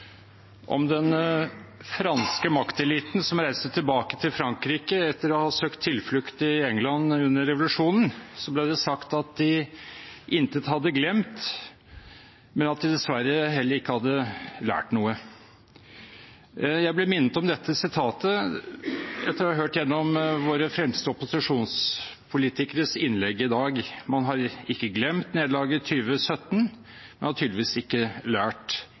Om den franske makteliten som reiste tilbake til Frankrike etter å ha søkt tilflukt i England under revolusjonen, ble det sagt at de intet hadde glemt, men at de dessverre heller ikke hadde lært noe. Jeg ble minnet om dette sitatet etter å ha hørt våre fremste opposisjonspolitikeres innlegg i dag. Man har ikke glemt nederlaget i 2017, men har tydeligvis ikke lært